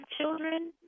children